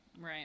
Right